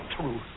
truth